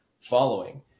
following